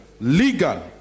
legal